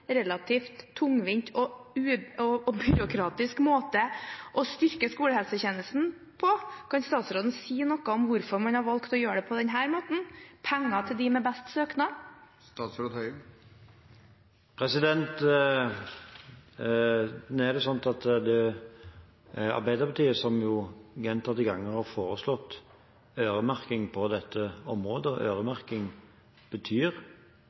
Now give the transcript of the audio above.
relativt tungvinn og byråkratisk måte å styrke skolehelsetjenesten på? Kan statsråden si noe om hvorfor man har valgt å gjøre det på denne måten, penger til dem med best søknad? Nå er det sånn at Arbeiderpartiet jo gjentatte ganger har foreslått øremerking på dette området. Øremerking betyr